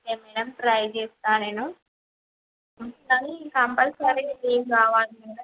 okay madam try చేస్తాను నేను అందుకని కంపల్సరీ లీవ్ కావాలి మేడం